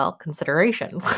consideration